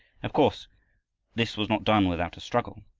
of course this was not done without a struggle.